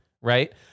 right